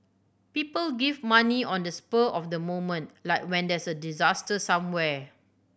people give money on the spur of the moment like when there's a disaster somewhere